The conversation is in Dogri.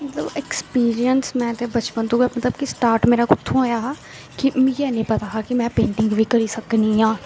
ऐक्सपीरियंस में ते बचपन तूं गै मतलब कि स्टार्ट मेरा कुत्थु होएआ हा कि मिगी हैन्नी पता हा कि में पेंटिंग बी करी सकनी आं